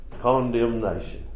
condemnation